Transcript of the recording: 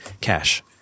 Cash